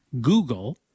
Google